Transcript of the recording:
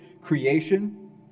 creation